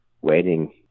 waiting